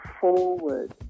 forward